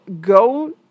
go